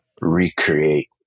recreate